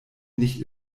nicht